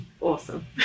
Awesome